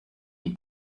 die